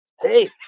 hey